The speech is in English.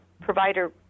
provider